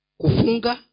kufunga